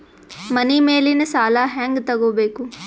ಮನಿ ಮೇಲಿನ ಸಾಲ ಹ್ಯಾಂಗ್ ತಗೋಬೇಕು?